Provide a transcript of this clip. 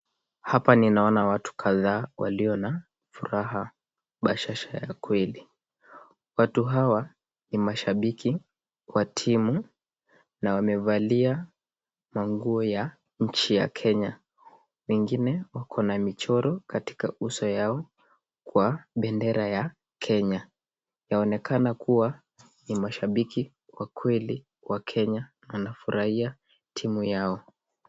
Hapa ni naona watu kadhaa walio na furaha bashasha kweli. Watu hawa ni mashabiki wa timu na wamevalia manguo ya nchi ya kenya. Wengine wako na michoro katika uso yao kwa bendera ya kenya. Yaoneka kuwa ni mashabiki wa kweli wa kenya wanafurahia timu yao.